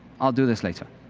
i'll do this later.